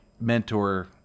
mentor